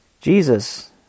Jesus